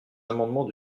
amendements